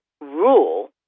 rule